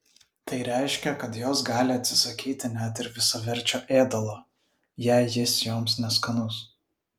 tai reiškia kad jos gali atsisakyti net ir visaverčio ėdalo jei jis joms neskanus